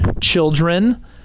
children